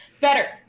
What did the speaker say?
Better